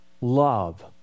love